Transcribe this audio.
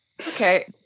okay